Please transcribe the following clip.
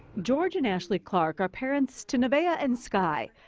george and ashley clark are parents to neveah and skye.